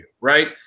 right